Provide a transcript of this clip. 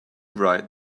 write